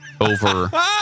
over